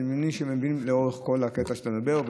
אני מבין שמדברים על לאורך כל הקטע שאתה מדבר,